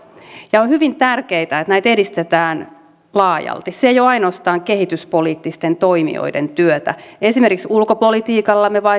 ja on hyvin tärkeätä että näitä edistetään laajalti se ei ole ainoastaan kehityspoliittisten toimijoiden työtä esimerkiksi ulkopolitiikalla me